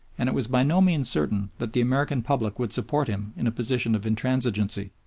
and it was by no means certain that the american public would support him in a position of intransigeancy.